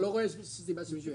אני לא רואה סיבה שמישהו יקטין.